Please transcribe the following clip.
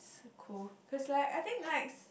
cool cause like I think like